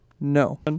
No